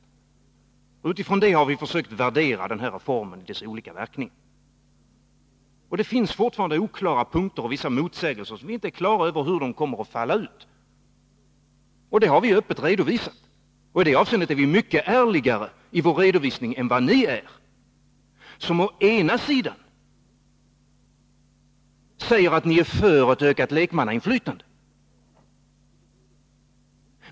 Med den utgångspunkten har vi försökt värdera denna reform och dess olika verkningar. Det finns dock fortfarande oklara punkter och vissa motsägelser som gör att vi inte vet hur reformen kommer att utfalla. Detta har vi öppet redovisat. I det avseendet är vi därför mycket ärligare än vad ni övriga är. Ni säger å ena sidan att ni är för ett ökat lekmannainflytande.